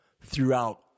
throughout